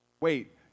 Wait